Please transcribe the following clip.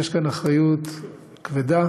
אחריות כבדה